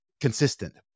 consistent